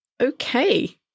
Okay